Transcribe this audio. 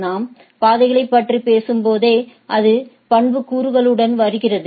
நாம் பாதைகளைப் பற்றி பேசும்போது அது பண்புக்கூறுகளுடன் வருகிறது